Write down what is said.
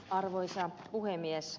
arvoisa puhemies